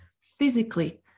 physically